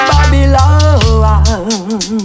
Babylon